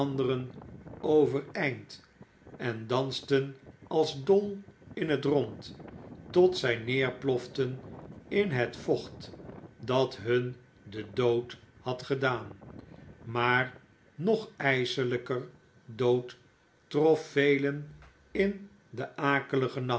overeind en dansten als dol in het rond tot zij neerploften in het vocht dat hun den dood had gedaan maar nog ijselijker dood trof velen in den akeligen nacht